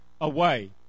away